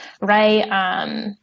right